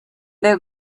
they